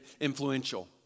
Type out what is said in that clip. influential